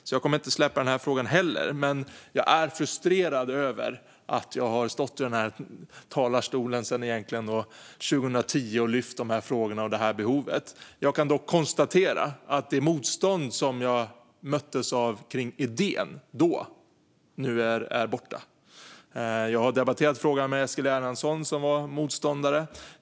Så jag kommer inte att släppa den här frågan heller, men jag är frustrerad över att jag har stått i den här talarstolen sedan 2010 och lyft dessa frågor och detta behov. Jag kan dock konstatera att det motstånd mot idén som jag mötte då nu är borta. Jag har debatterat frågan med Eskil Erlandsson, som var motståndare.